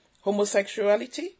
homosexuality